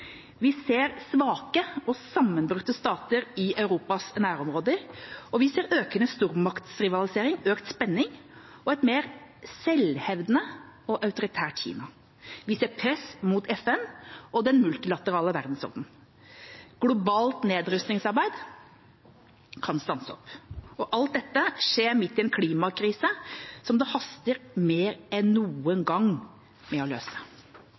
Vi ser svake og sammenbrutte stater i Europas nærområder. Vi ser økende stormaktsrivalisering, økt spenning og et mer selvhevdende og autoritært Kina. Vi ser press mot FN og den multilaterale verdensorden. Globalt nedrustningsarbeid kan stanse opp. Alt dette skjer midt i en klimakrise som det haster mer enn noen gang med å løse.